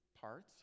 parts